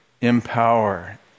empower